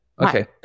Okay